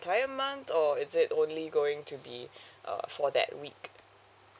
entire month or is it only going to be uh for that week